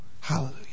Hallelujah